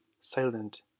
silent